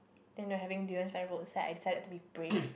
then we were having durian by the roadside I decided to be brave